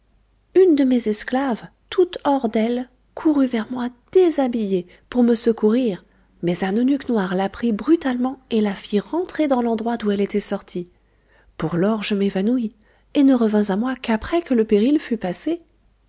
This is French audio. une de mes esclaves toute hors d'elle courut vers moi déshabillée pour me secourir mais un eunuque noir la prit brutalement et la fit rentrer dans l'endroit d'où elle étoit sortie pour lors je m'évanouis et ne revins à moi qu'après que le péril fut passé